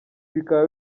bikaba